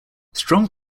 strong